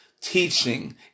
teaching